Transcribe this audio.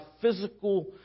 physical